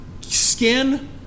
skin